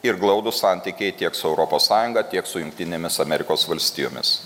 ir glaudūs santykiai tiek su europos sąjunga tiek su jungtinėmis amerikos valstijomis